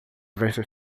vestem